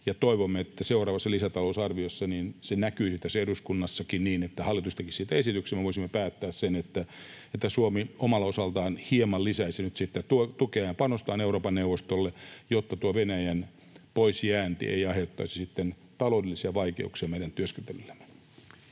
toivomme, että seuraavassa lisätalousarviossa se näkyy tässä eduskunnassakin niin, että hallitus tekisi siitä esityksen ja me voisimme päättää, että Suomi omalta osaltaan hieman lisäisi nyt tukea ja panostaan Euroopan neuvostolle, jotta tuo Venäjän poisjäänti ei aiheuttaisi taloudellisia vaikeuksia meidän työskentelyllemme.